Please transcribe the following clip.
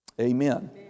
Amen